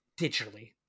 digitally